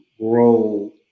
grow